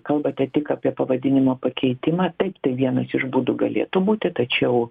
kalbate tik apie pavadinimo pakeitimą taip tai vienas iš būdų galėtų būti tačiau